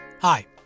Hi